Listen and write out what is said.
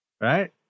Right